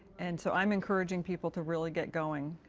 and, so i'm encouraging people to really get going